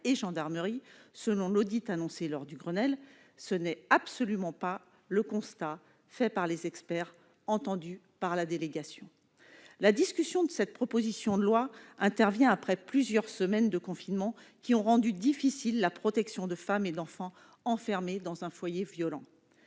et gendarmeries, selon l'audit annoncé lors du Grenelle. Ce n'est absolument pas le constat fait par les experts entendus par la délégation ! La discussion de cette proposition de loi intervient après plusieurs semaines de confinement, qui ont rendu difficile la protection de femmes et d'enfants enfermés dans un foyer violent.